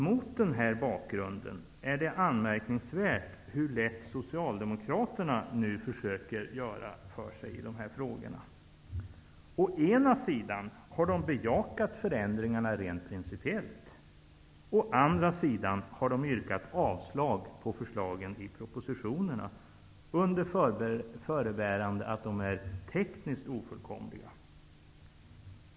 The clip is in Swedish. Mot denna bakgrund är det anmärkningsvärt hur lätt Socialdemokraterna nu försöker göra det för sig i dessa frågor. Å ena sidan har de bejakat förändringarna rent principiellt. Å andra sidan har de yrkat avslag på förslagen i propositionerna under förebärande av att dessa är tekniskt ofullkomliga.